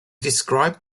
described